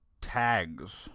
tags